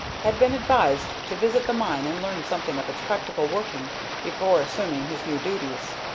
had been advised to visit the mine and learn something of its practical working before assuming his new duties.